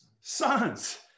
sons